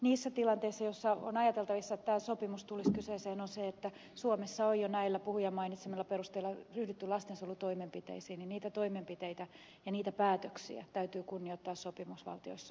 niissä tilanteissa joissa on ajateltavissa että tämä sopimus tulisi kyseeseen ja suomessa on jo näillä puhujan mainitsemilla perusteilla ryhdytty lastensuojelutoimenpiteisiin niitä toimenpiteitä ja niitä päätöksiä täytyy kunnioittaa muissakin sopimusvaltioissa